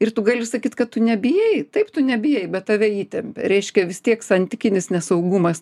ir tu gali sakyt kad tu nebijai taip tu nebijai bet tave įtempia reiškia vis tiek santykinis nesaugumas